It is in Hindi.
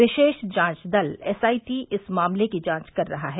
विशेष जांच दल एसआईटी इस मामले की जांच कर रहा है